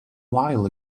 while